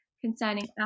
concerning